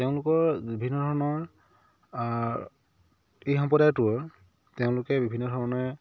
তেওঁলোকৰ বিভিন্ন ধৰণৰ এই সম্প্ৰদায়টোৰ তেওঁলোকে বিভিন্ন ধৰণে